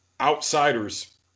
outsiders